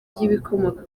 by’ibikomoka